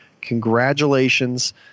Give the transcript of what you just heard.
Congratulations